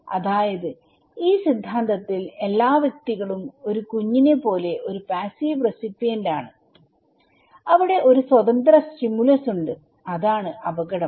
അതായത് ഈ സിദ്ധാന്തത്തിൽ എല്ലാ വ്യക്തികളും ഒരു കുഞ്ഞിനെ പോലെ ഒരു പാസ്സീവ് റെസിപ്പിയന്റ് ആണ്അവിടെ ഒരു സ്വതന്ത്ര സ്റ്റിമുലസ് ഉണ്ട് അതാണ് അപകടം